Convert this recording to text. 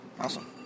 Awesome